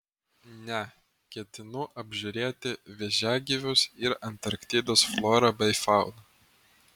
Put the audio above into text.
ne ketinu apžiūrėti vėžiagyvius ir antarktidos florą bei fauną